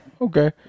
Okay